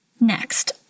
Next